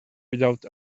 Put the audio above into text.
without